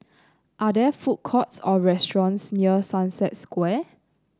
are there food courts or restaurants near Sunset Square